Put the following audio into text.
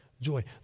joy